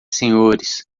senhores